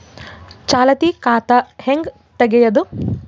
ಚಾಲತಿ ಖಾತಾ ಹೆಂಗ್ ತಗೆಯದು?